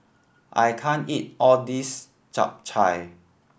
I can't eat all this Chap Chai